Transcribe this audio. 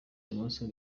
ibumoso